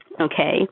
okay